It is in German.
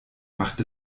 macht